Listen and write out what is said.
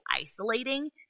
isolating